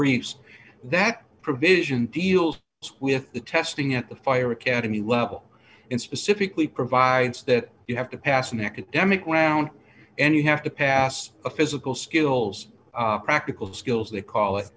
briefs that provision deals with the testing at the fire academy level in specifically provides that you have to pass an academic wound and you have to pass a physical skills practical skills they call it